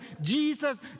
Jesus